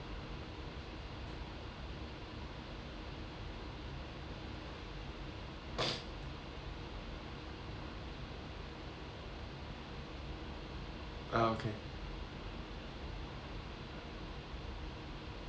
ah okay